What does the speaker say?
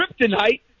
kryptonite